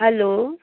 hello